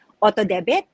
auto-debit